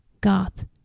Goth